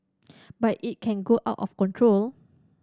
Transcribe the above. but it can go out of control